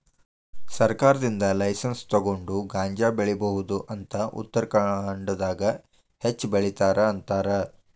ಸರ್ಕಾರದಿಂದ ಲೈಸನ್ಸ್ ತುಗೊಂಡ ಗಾಂಜಾ ಬೆಳಿಬಹುದ ಅಂತ ಉತ್ತರಖಾಂಡದಾಗ ಹೆಚ್ಚ ಬೆಲಿತಾರ ಅಂತಾರ